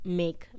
make